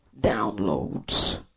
downloads